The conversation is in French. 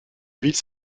ville